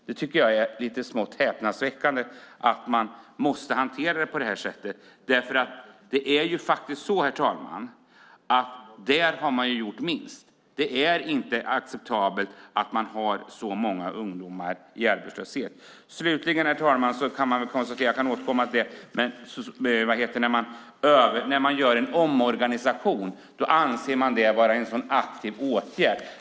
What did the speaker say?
Jag tycker att det är smått häpnadsväckande att man måste hantera det på det här sättet. Det är ju så, herr talman, att där har man gjort minst. Det är inte acceptabelt att man har så många ungdomar i arbetslöshet. Slutligen, herr talman, kan jag konstatera - jag kan återkomma till det - att när man gör en omorganisation anser man det vara en aktiv åtgärd.